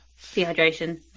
dehydration